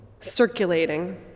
circulating